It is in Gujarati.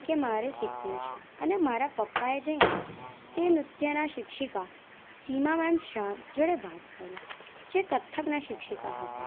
કે મારે શીખવું છે અને મારા પપ્પાએ જઈને તે નૃત્યના શિક્ષિકા સીમા મેમ શાહ જોડે વાત કરી જે કથકનાં શિક્ષિકા હતાં